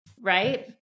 Right